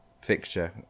fixture